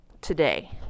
today